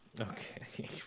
Okay